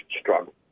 struggle